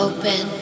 Open